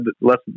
less